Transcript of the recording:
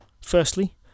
Firstly